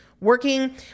working